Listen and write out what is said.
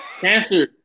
Cancer